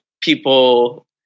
people